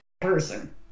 person